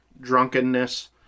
drunkenness